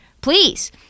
Please